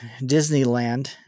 Disneyland